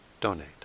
donate